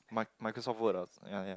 mic Microsoft Word or ya ya